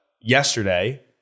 yesterday